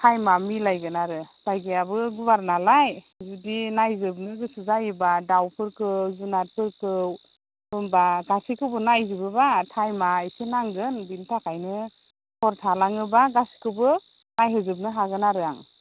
थाइमा मिलायगोन आरो जायगायाबो गुवार नालाय जुदि नायजोबनो गोसो जायोबा दावफोरखौ जुनारफोरखौ होमबा गासैखौबो नायजोबोबा थाइमा इसे नांगोन बिनि थाखायनो हर थालाङोबा गासिखौबो नायहोजोबनो हागोन आरो आं